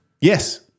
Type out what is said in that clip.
Yes